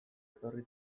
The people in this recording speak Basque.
etorri